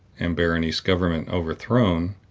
and berenice's government overthrown,